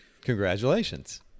Congratulations